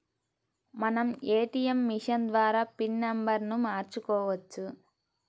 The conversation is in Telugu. మనం ఏటీయం మిషన్ ద్వారా పిన్ నెంబర్ను మార్చుకోవచ్చు